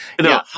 No